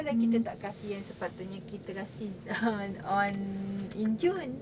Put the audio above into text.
kita tak kasi apa yang sepatutnya kita kasi on in june